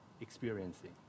experiencing